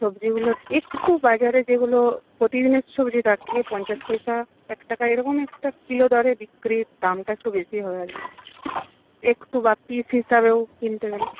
সবজিগুলোর একটু বাজারে যেগুলো প্রতিদিনের সবজি তার থেকে পঞ্চাশ পয়সা এক টাকা এরকম একটা কিলো দরের বিক্রির দামটা একটু বেশি হবে আর কি একটু বা পিস হিসাবেও কিনতে গেলে